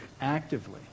actively